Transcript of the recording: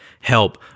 help